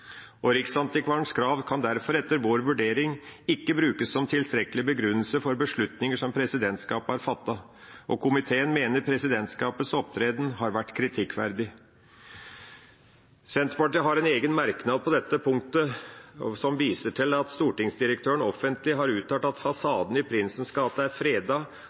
og Riksantikvarens krav kan derfor, etter vår vurdering, ikke brukes som tilstrekkelig begrunnelse for beslutninger som presidentskapet har fattet. Komiteen mener presidentskapets opptreden har vært kritikkverdig. Senterpartiet har en egen merknad på dette punktet, som viser til at stortingsdirektøren offentlig har uttalt at fasaden i Prinsens gate er